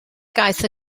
gaeth